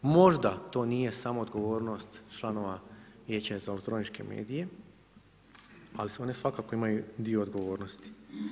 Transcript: Možda to nije samo odgovornost članova Vijeća za elektroničke medije, ali oni svakako imaju dio odgovornosti.